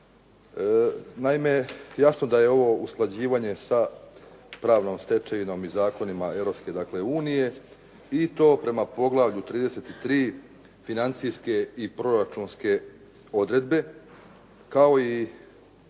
Naime, jasno da je ovo usklađivanje sa pravnom stečevinom i zakonima Europske unije i to prema Poglavlju 33 – Financijske i proračunske odredbe kao i